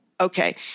Okay